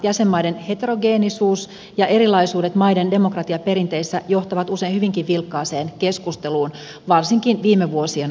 jäsenmaiden heterogeenisuus ja erilaisuudet maiden demokratiaperinteissä johtavat usein hyvinkin vilkkaaseen keskusteluun varsinkin viime vuosien aikana